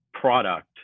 product